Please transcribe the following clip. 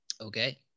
Okay